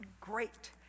great